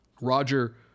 Roger